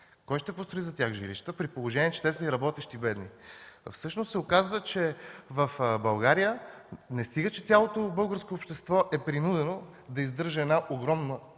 Кой ще построи за тях жилища, при положение че те са и работещи бедни? Всъщност се оказва: в България не стига че цялото българско общество е принудено да издържа огромна